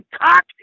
cock